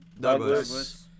Douglas